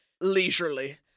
leisurely